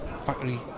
Factory